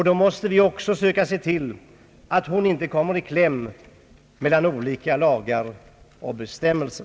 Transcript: Då måste vi också söka se till att hon inte kommer i kläm mellan olika lagar och bestämmelser.